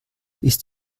ist